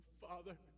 Father